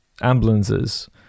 ambulances